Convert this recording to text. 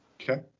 Okay